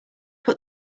put